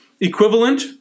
equivalent